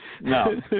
No